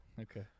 Okay